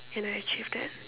and I achieve that